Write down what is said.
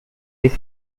his